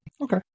Okay